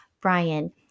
Brian